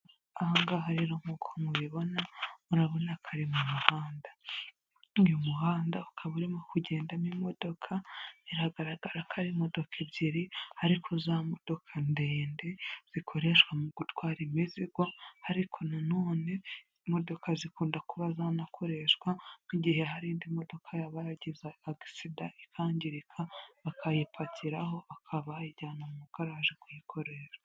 Aha ngaha rero nk'uko mubibona murabona ko ari mu muhanda. Uyu muhanda ukaba urimo kugendamo imodoka, biragaragara ko ari imodoka ebyiri ariko za modoka ndende zikoreshwa mu gutwara imizigo, ariko nonene imodoka zikunda kuba zanakoreshwa nk'igihe hari indi modoka yaba yagize agisida ikangirika, bakayipakiraho bakaba bayijyana mu garaje kuyikoresha